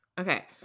Okay